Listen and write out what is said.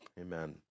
Amen